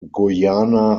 guiana